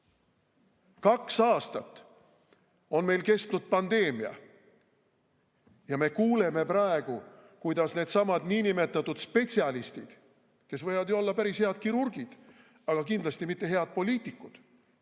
Kaks aastat on meil kestnud pandeemia. Ja me kuuleme praegu, kuidas needsamad niinimetatud spetsialistid, kes võivad ju olla päris head kirurgid, aga kindlasti ei ole nad mitte head poliitikud,